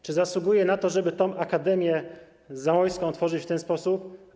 Czy zasługuje na to, żeby tę Akademię Zamojską tworzyć w ten sposób?